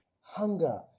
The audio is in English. hunger